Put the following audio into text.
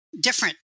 Different